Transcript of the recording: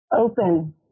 open